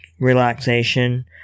relaxation